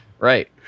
Right